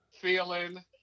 Feeling